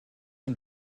und